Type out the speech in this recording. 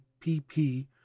PP